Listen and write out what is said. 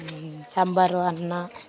ಸಾಂಬಾರು ಅನ್ನ